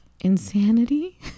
insanity